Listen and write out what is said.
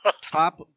top